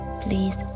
Please